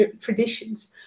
traditions